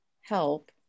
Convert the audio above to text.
help